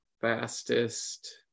fastest